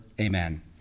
amen